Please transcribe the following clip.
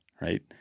right